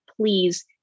please